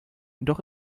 doch